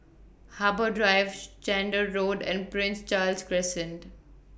Harbour Drive Chander Road and Prince Charles Crescent